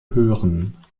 hören